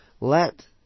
let